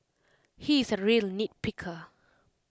he is A real nitpicker